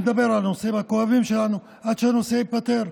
נדבר על הנושאים הכואבים לנו עד שהנושא ייפתר.